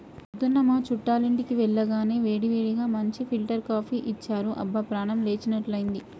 పొద్దున్న మా చుట్టాలింటికి వెళ్లగానే వేడివేడిగా మంచి ఫిల్టర్ కాపీ ఇచ్చారు, అబ్బా ప్రాణం లేచినట్లైంది